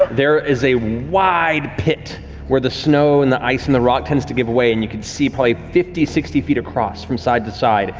there is a wide pit where the snow and the ice and the rock tends to give away and you can see probably fifty, sixty feet across, from side to side,